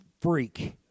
freak